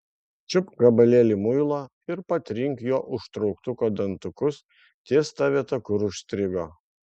čiupk gabalėlį muilo ir patrink juo užtrauktuko dantukus ties ta vieta kur užstrigo